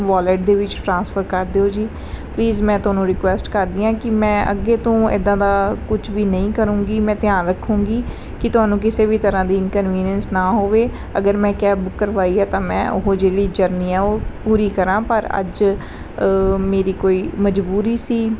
wallet ਦੇ ਵਿੱਚ transfer ਕਰ ਦਿਓ ਜੀ ਪਲੀਜ਼ ਮੈਂ ਤੁਹਾਨੂੰ ਰਿਕੁਐਸਟ ਕਰਦੀ ਹਾਂ ਕਿ ਮੈਂ ਅੱਗੇ ਤੋਂ ਇੱਦਾਂ ਦਾ ਕੁਛ ਵੀ ਨਹੀਂ ਕਰਾਂਗੀ ਮੈਂ ਧਿਆਨ ਰੱਖਾਂਗੀ ਕਿ ਤੁਹਾਨੂੰ ਕਿਸੇ ਵੀ ਤਰ੍ਹਾਂ ਦੀ ਇਨਕਨਵੀਨੀਅਸ ਨਾ ਹੋਵੇ ਅਗਰ ਮੈਂ ਕੈਬ ਬੁੱਕ ਕਰਵਾਈ ਹੈ ਤਾਂ ਮੈਂ ਉਹ ਜਿਹੜੀ ਜਰਨੀ ਆ ਉਹ ਪੂਰੀ ਕਰਾਂ ਪਰ ਅੱਜ ਮੇਰੀ ਕੋਈ ਮਜਬੂਰੀ ਸੀ